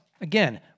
again